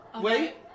Wait